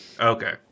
Okay